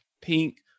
pink